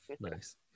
nice